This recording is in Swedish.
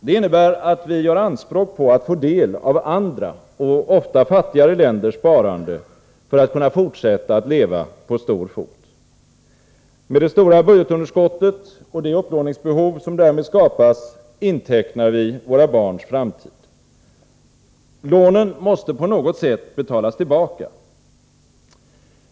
Det innebär att vi gör anspråk på att få del av andra och ofta fattigare länders sparande för att kunna fortsätta att leva på stor fot. Med det stora budgetunderskottet och det upplåningsbehov som därmed skapas intecknar vi våra barns framtid. Lånen måste på något sätt betalas tillbaka.